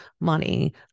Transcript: money